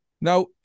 Now